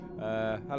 Hello